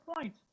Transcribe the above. point